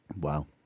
Wow